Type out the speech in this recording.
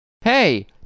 Hey